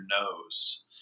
nose